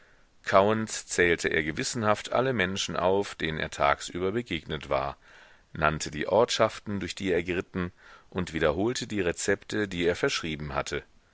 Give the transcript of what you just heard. kauend zählte er gewissenhaft alle menschen auf denen er tagsüber begegnet war nannte die ortschaften durch die er geritten und wiederholte die rezepte die er verschrieben hatte